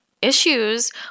issues